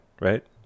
right